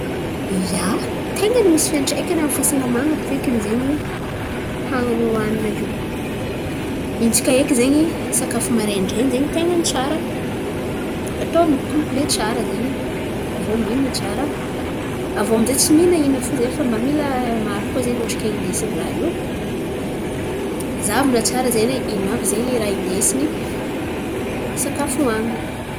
Ia, ten̈a ny misy fiantraikany amin'ny fahasalaman̈a fekiny zen̈y hanin̈y hoanina io. Intsaka eky zen̈y sakafo maraindrain̈y ten̈a ny tsara atao kompile tsara zen̈y, aviô mihina tsara. Aviô aminjay tsy mihinahina fo zen̈y fa mba mila maro koa zen̈y otrik'aina indesiny raha io. Zahavan̈a tsara zen̈y ino àby zen̈y raha indesiny sakafo hoanin̈y.